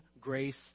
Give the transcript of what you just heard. grace